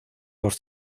los